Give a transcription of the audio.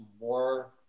more